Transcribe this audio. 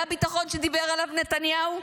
זה הביטחון שדיבר עליו נתניהו?